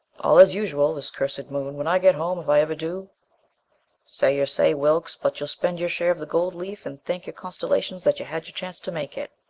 all as usual. this cursed moon! when i get home if i ever do say your say, wilks. but you'll spend your share of the gold leaf and thank your constellations that you had your chance to make it.